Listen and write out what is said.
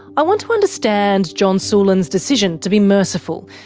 i want to understand john sulan's decision to be merciful,